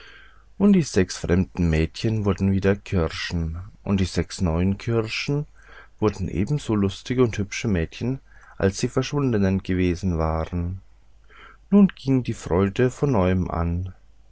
und die sechs fremden mädchen wurden wieder kirschen und die sechs neuen kirschen wurden ebenso lustige und hübsche mädchen als die verschwundenen gewesen waren nun ging die freude von neuem an